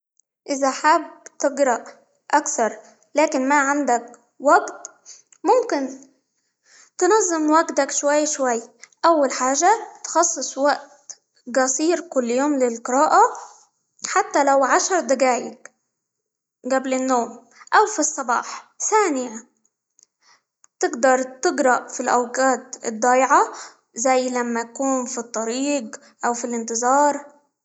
إذا حاب تقرأ اكثر لكن ما عندك وقت، ممكن تنظم وقتك شوي شوي، أول حاجة تخصص وقت قصير كل يوم للقراءة حتى لو عشر دقايق قبل النوم، أو في الصباح، ثانيا تقدر تقرأ في الأوقات الضايعة زي لما تكون في الطريق، أو في الإنتظار.